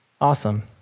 Awesome